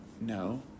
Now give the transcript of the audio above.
no